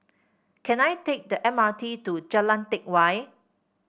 can I take the M R T to Jalan Teck Whye